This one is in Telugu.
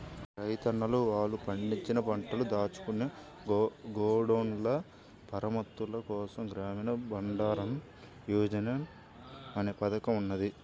రైతన్నలు వాళ్ళు పండించిన పంటను దాచుకునే గోడౌన్ల మరమ్మత్తుల కోసం గ్రామీణ బండారన్ యోజన అనే పథకం ఉన్నది